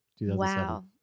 Wow